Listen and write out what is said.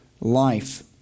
life